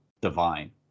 divine